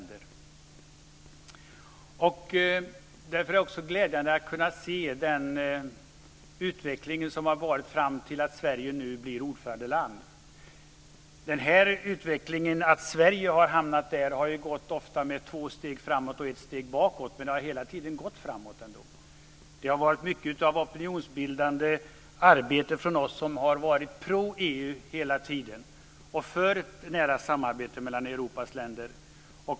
Det är också glädjande att kunna se utvecklingen som lett fram till att Sverige nu blir ordförandeland. För Sveriges del har den utvecklingen ofta tagit två steg framåt och ett steg bakåt, men det har ändå gått framåt hela tiden. Det har krävts mycket opinionsbildande arbete av oss som varit för EU hela tiden och för ett nära samarbete mellan Europas länder.